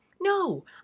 No